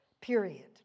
period